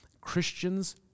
Christians